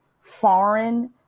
foreign